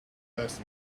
best